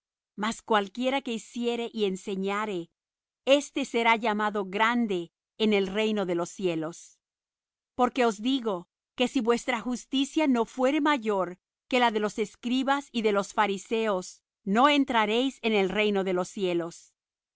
mas cualquiera que hiciere y enseñare éste será llamado grande en el reino de los cielos porque os digo que si vuestra justicia no fuere mayor que la de los escribas y de los fariseos no entraréis en el reino de los cielos